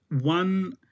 one